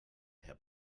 herr